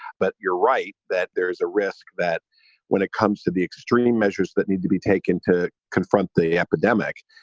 but you're right that there is a risk that when it comes to the extreme measures that need to be taken to confront the epidemic,